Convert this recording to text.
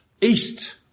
east